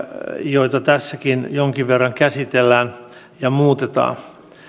joita tässäkin jonkin verran käsitellään ja muutetaan